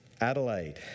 Adelaide